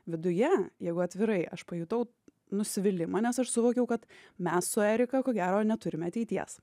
viduje jeigu atvirai aš pajutau nusivylimą nes aš suvokiau kad mes su erika ko gero neturime ateities